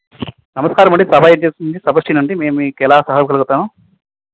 నమస్కారమండి ప్రభ ఏజెన్సీ అండి మేం మీకు ఎలా సహాయ పడగలుగుతాం